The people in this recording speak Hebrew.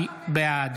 בעד